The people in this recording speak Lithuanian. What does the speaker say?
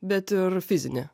bet ir fizine